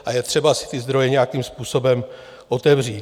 A je třeba ty zdroje nějakým způsobem otevřít.